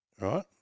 right